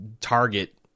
Target